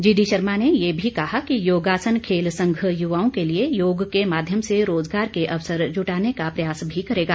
GD Sharma ने ये भी कहा कि योगासन खेल संघ युवाओं के लिए योग के माध्यम से रोजगार के अवसर जुटाने का प्रयास भी करेगा